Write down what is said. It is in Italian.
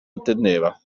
attendeva